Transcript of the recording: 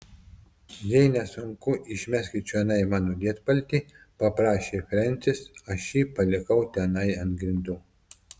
jei nesunku išmeskit čionai mano lietpaltį paprašė frensis aš jį palikau tenai ant grindų